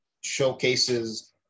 showcases